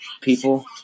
people